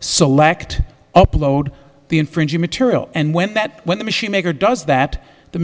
select upload the infringing material and went that when the machine maker does that the